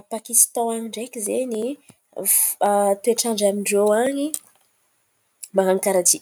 A Pakistan an̈y ndraiky zen̈y, f- toetrandra amin-drô an̈y, man̈ano karàha ty: